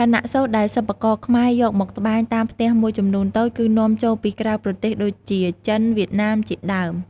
ខណៈសូត្រដែលសិប្បករខ្មែរយកមកត្បាញ តាមផ្ទះមួយចំនួនតូច គឺនាំចូលពីក្រៅប្រទេសដូចជាចិន វៀតណាម ជាដើម។